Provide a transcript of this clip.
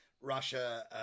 Russia